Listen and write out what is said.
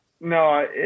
no